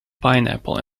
pineapple